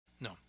No